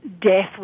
death